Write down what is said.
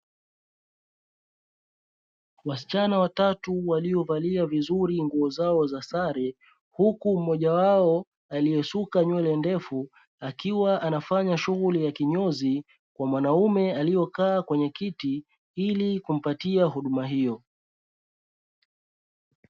Wasichana watatu waliovalia vizuri nguo zao za sare, huku mmojawao aliyesuka nywele ndefu; akiwa anafanya shughuli ya kinyozi kwa mwanaume aliyokaa kwenye kiti ili kumpatia huduma hiyo.